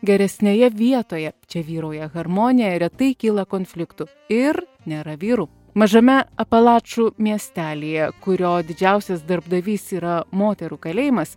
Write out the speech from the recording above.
geresnėje vietoje čia vyrauja harmonija retai kyla konfliktų ir nėra vyrų mažame apalačų miestelyje kurio didžiausias darbdavys yra moterų kalėjimas